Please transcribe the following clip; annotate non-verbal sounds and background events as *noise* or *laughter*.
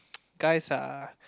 *noise* guys ah